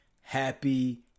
Happy